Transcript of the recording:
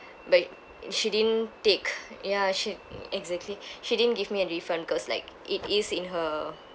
but she didn't take ya she exactly she didn't give me a refund cause like it is in her